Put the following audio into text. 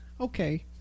okay